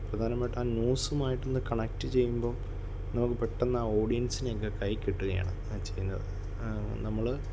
പ്രധാനമായിട്ട് ആ ന്യൂസുമായിട്ടൊന്ന് കണക്റ്റ് ചെയ്യുമ്പം നമുക്ക് പെട്ടെന്ന് ആ ഓഡ്യസിനെ ഒക്കെ കയ്യിൽ കിട്ടുകയാണ് ആ ചെയ്യുന്നത് നമ്മൾ